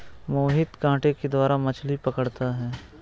मोहित कांटे के द्वारा मछ्ली पकड़ता है